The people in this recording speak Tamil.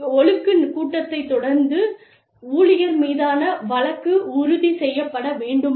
ஒழுக்குக் கூட்டத்தைத் தொடர்ந்து ஊழியர் மீதான வழக்கு உறுதி செய்யப்பட வேண்டுமா